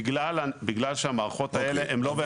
בגלל שהמערכות האלה הן לא באמת מחוברות.